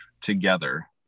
together